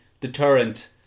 deterrent